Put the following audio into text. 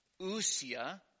Usia